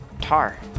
tar